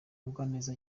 mugwaneza